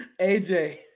AJ